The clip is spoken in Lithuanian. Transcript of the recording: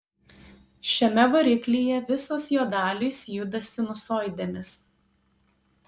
šiame variklyje visos jo dalys juda sinusoidėmis